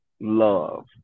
love